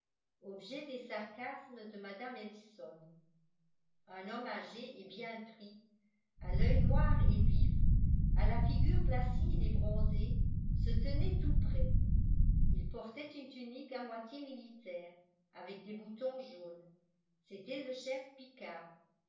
objet des sarcasmes de mme ellison un homme âgé et bien pris à l'œil noir et vif à la figure placide et bronzée se tenait tout près il portait une tunique à moitié militaire avec des boutons jaunes